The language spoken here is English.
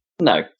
No